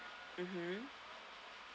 mmhmm